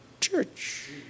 church